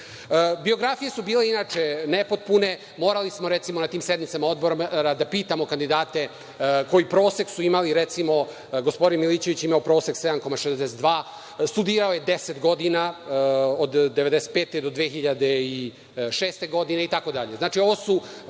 rade. Biografije su bile inače nepotpune. Morali smo recimo na tim sednicama Odbora da pitamo kandidate - koji prosek su imali. Recimo gospodin Milićević je imao prosek 7,62. Studirao je 10 godina, od 1995. do 2006. godine, itd.